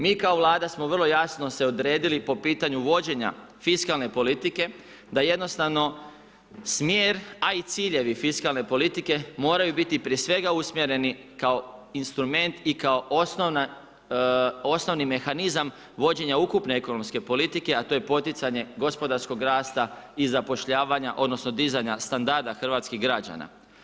Mi kao vlada smo vrlo jasno se odredili po pitanju vođenja fiskalne politike, da jednostavno smjer, a i ciljevi fiskalne politike moraju biti prije svega usmjereni kao instrument i kao osnovni mehanizam vođenja ukupne ekonomske politike, a to je poticanje gospodarskog rasta i zapošljavanja, odnosno dizanja standarda hrvatskih građana.